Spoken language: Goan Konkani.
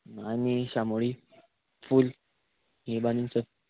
आनी शामोळी फूल हे बीन चल